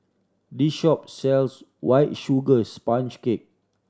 this shop sells White Sugar Sponge Cake